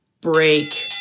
break